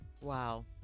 Wow